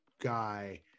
guy